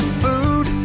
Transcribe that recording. food